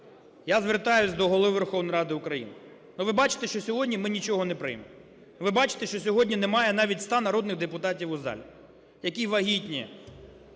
Я звертаюсь до Голови Верховної Ради України. Ну, ви бачите, що сьогодні ми нічого не приймемо. Ви бачите, що сьогодні немає навіть 100 народних депутатів у залі. Які вагітні?